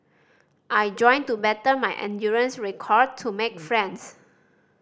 I joined to better my endurance record to make friends